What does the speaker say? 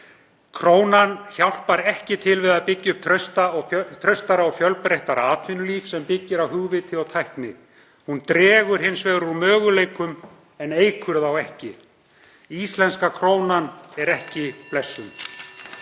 Krónan hjálpar ekki til við að byggja upp traustara og fjölbreyttara atvinnulíf sem byggist á hugviti og tækni. Hún dregur úr möguleikum en eykur þá ekki. Íslenska krónan er ekki blessun.